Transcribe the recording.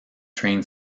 train